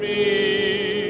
me